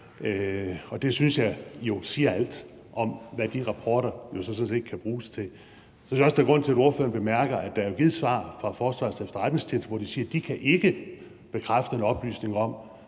Og det synes jeg siger alt om, hvad de rapporter kan bruges til. Så synes jeg også, at der er grund til, at ordføreren bemærker, at der er givet svar fra Forsvarets Efterretningstjeneste, hvor de siger, at de ikke kan bekræfte oplysningen om,